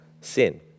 sin